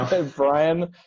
Brian